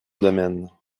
domaine